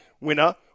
winner